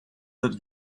that